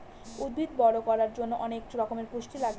উদ্ভিদ বড়ো করার জন্য অনেক রকমের পুষ্টি লাগে